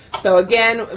so again,